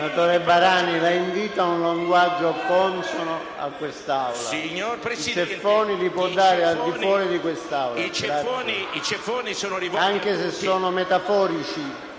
Senatore Barani, la invito ad un linguaggio consono a quest'Aula. I ceffoni li può dare fuori da qui, anche se sono metaforici,